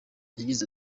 yagize